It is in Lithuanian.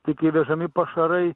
tik įvežami pašarai